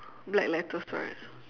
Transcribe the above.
black letters right